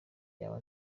yaba